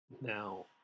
Now